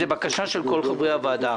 זו בקשה של כל חברי הוועדה.